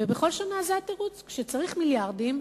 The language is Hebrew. ובכל שנה זה התירוץ: כשצריך מיליארדים,